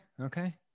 Okay